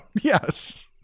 yes